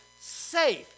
safe